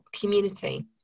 community